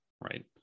right